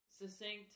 succinct